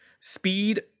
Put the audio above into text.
Speed